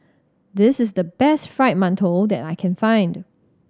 this is the best Fried Mantou that I can find